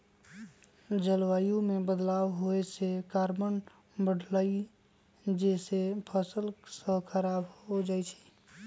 जलवायु में बदलाव होए से कार्बन बढ़लई जेसे फसल स खराब हो जाई छई